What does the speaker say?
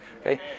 Okay